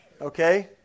okay